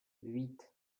huit